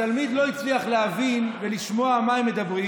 התלמיד לא הצליח להבין ולשמוע מה הם מדברים,